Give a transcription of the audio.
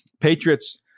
Patriots